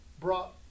brought